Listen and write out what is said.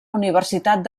universitat